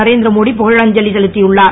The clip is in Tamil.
நரேந்திர மோடி புகழஞ்சலி செலுத்தியுள்ளார்